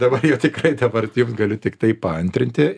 dabar jau tikrai dabar jums galiu tiktai paantrinti